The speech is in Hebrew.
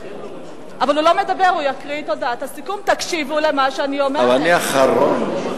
גברתי, אני אמור לעלות אחרון.